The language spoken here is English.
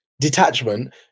detachment